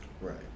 right